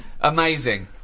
Amazing